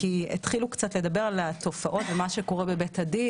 התחילו לדבר קצת על מה שקורה בבית הדין